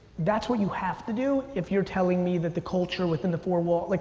that's what you have to do if you're telling me that the culture within the four walls. like